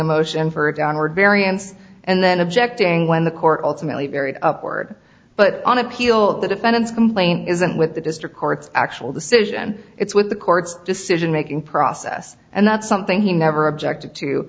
a motion for a downward variance and then objecting when the court ultimately buried upward but on appeal the defendant's complaint isn't with the district court's actual decision it's with the court's decision making process and that's something he never objected to